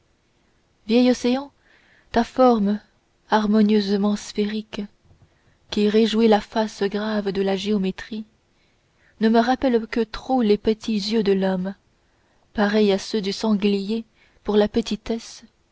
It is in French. vieil océan ta forme harmonieusement sphérique qui réjouit la face grave de la géométrie ne me rappelle que trop les petits yeux de l'homme pareils à ceux du sanglier pour la petitesse